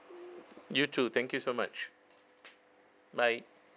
you too thank you so much bye